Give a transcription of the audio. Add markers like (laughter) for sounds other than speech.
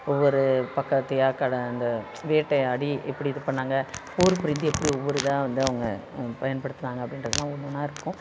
ஒவ்வொரு பக்கத்தையாக கடந் அந்த வேட்டையாடி இப்படி இது பண்ணாங்க போர் (unintelligible) எப்படி ஒவ்வொரு இதாக வந்து அவங்க பயன்படுத்துனாங்க அப்படின்றதுலாம் ஒன்று ஒன்னாக இருக்கும்